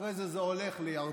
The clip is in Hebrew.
ואחרי זה זה הולך לירדן,